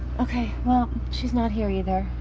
okay. well, she's not here either.